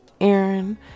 Aaron